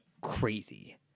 crazy